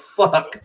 fuck